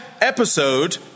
episode